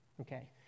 okay